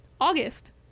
August